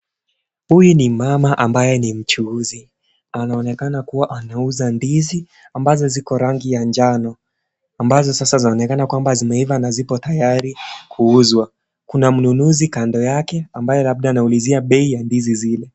Huyu ni mmama ambaye ni mchuuzi. Anaonekana kua anauza ndizi, ambazo ziko rangi ya njano. Ambazo sasa zaonekana zimeiva na zipo tayari kuuzwa. Kuna mnunuzi kando yake, ambaye labda anaulizia bei, ya ndizi zile.